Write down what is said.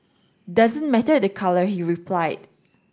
doesn't matter the colour he replied